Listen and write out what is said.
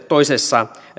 toisessa